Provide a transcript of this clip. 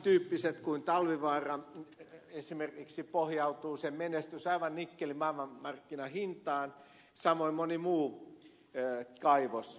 tämäntyyppisissä kuin esimerkiksi talvivaarassa menestys pohjautuu aivan nikkelin maailmanmarkkinahintaan samoin monessa muussa kaivoksessa